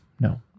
no